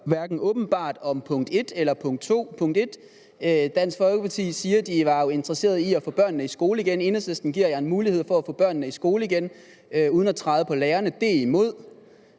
hverken om punkt 1 eller punkt 2. Punkt 1: Dansk Folkeparti siger, at de var interesseret i at få børnene i skole igen. Enhedslisten giver Dansk Folkeparti en mulighed for at få børnene i skole igen uden at træde på lærerne. Det er man